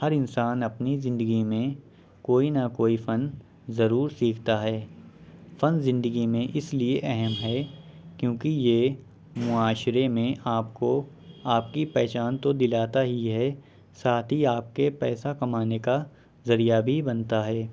ہر انسان اپنی زندگی میں کوئی نہ کوئی فن ضرور سیکھتا ہے فن زندگی میں اس لیے اہم ہے کیوں کہ یہ معاشرے میں آپ کو آپ کی پہچان تو دلاتا ہی ہے ساتھ ہی آپ کے پیسہ کمانے کا ذریعہ بھی بنتا ہے